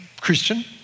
Christian